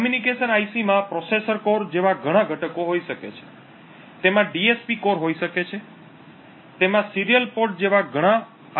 communication IC માં processor core જેવા ઘણાં ઘટકો હોઈ શકે છે તેમાં DSP Core હોઈ શકે છે તેમાં સિરિયલ પોર્ટ જેવા ઘણા આઇ